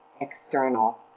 external